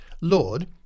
Lord